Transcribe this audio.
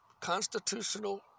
constitutional